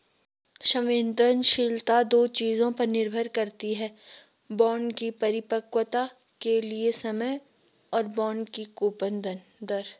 संवेदनशीलता दो चीजों पर निर्भर करती है बॉन्ड की परिपक्वता के लिए समय और बॉन्ड की कूपन दर